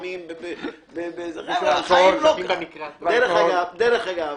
דרך אגב,